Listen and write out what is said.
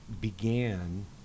began